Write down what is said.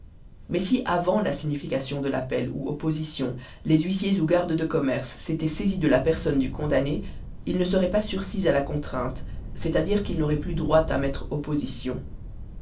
mais si avant la signification de l'appel ou opposition les huissiers ou gardes de commerce s'étaient saisis de la personne du condamné il ne serait pas sursis à la contrainte c'est-à-dire qu'il n'aurait plus droit à mettre opposition